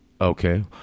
Okay